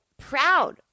proud